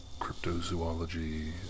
cryptozoology